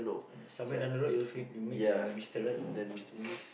somewhere on the road you'll fate the you'll meet the mr right mr woman